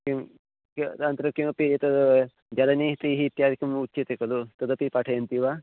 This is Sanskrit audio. किं क्य अनन्तरं किमपि एतद् जलनेतिः इत्यादिकम् उच्यते खलु तदपि पाठयन्ति वा